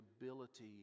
ability